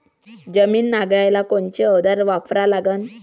जमीन नांगराले कोनचं अवजार वापरा लागन?